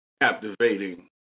captivating